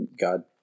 God